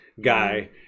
guy